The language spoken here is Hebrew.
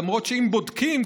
למרות שאם בודקים,